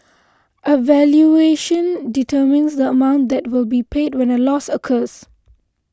a valuation determines the amount that will be paid when a loss occurs